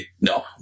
no